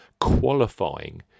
qualifying